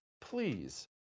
Please